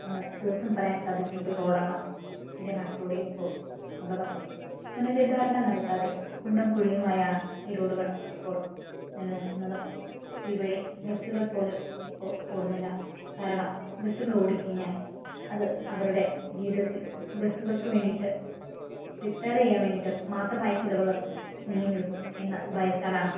ഇന്ന് തീർത്തും പറയാൻ സാധിക്കുന്ന ഒരു റോഡാണ് എൻ്റെ നാട്ടിലൂടെ ഇപ്പോൾ ഉള്ളത് പുനരുദ്ധാരണം നടത്താതെ കുണ്ടും കുഴിയുമായാണ് ഈ റോഡുകൾ ഇപ്പോൾ നിലനിൽക്കുന്നത് ഈ വഴി ബസ്സുകൾ പോലും ഇപ്പോൾ ഓടുന്നില്ല കാരണം ബസ്സുകൾ ഓടിക്കഴിഞ്ഞാൽ അത് അവരുടെ ജീവിതത്തിൽ ബസ്സുകൾക്ക് വേണ്ടിയിട്ട് റിപ്പയർ ചെയ്യാൻ വേണ്ടിയിട്ടും മാത്രമായ ചിലവുകൾ നീങ്ങിനിൽക്കും എന്ന ഭയത്താലാണ്